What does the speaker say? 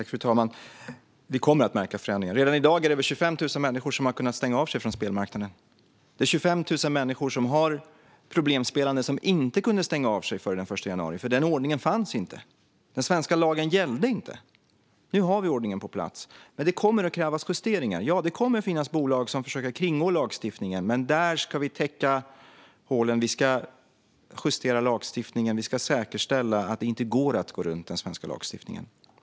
Fru talman! Vi kommer att märka förändringar. Redan i dag är det över 25 000 människor som har kunnat stänga av sig från spelmarknaden. Det är 25 000 människor som har problem med spelande som inte kunde stänga av sig före den 1 januari, för den ordningen fanns inte. Den svenska lagen gällde inte. Nu har vi ordningen på plats, men det kommer att krävas justeringar. Det kommer att finnas bolag som försöker att kringgå lagstiftningen, men där ska vi täppa till hålen. Vi ska justera lagstiftningen och säkerställa att det inte går att gå runt den svenska lagstiftningen.